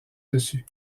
dessus